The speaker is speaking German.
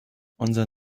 unser